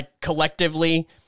collectively